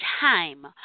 time